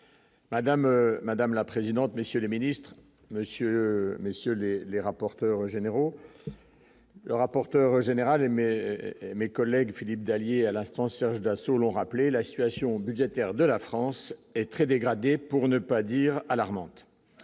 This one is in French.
madame la présidente, monsieur le Ministre Monsieur messieurs les les rapporteurs généraux, le rapporteur général, mais mes collègues Philippe Dallier, à l'instant, Serge Dassault, l'ont rappelé la situation budgétaire de la France est très dégradée, pour ne pas dire alarmantes,